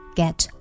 get